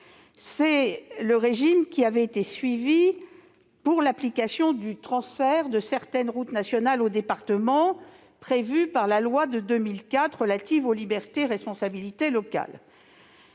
est le régime qui a été suivi pour l'application du transfert de certaines routes nationales aux départements, prévu par la loi du 13 août 2004 relative aux libertés et responsabilités locales.